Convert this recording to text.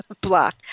Block